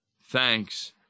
Thanks